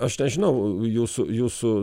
aš nežinau jūsų jūsų